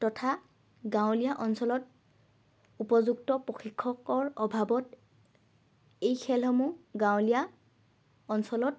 তথা গাঁৱলীয়া অঞ্চলত উপযুক্ত প্ৰশিক্ষকৰ অভাৱত এই খেলসমূহ গাঁৱলীয়া অঞ্চলত